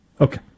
Okay